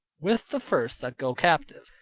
with the first that go captive.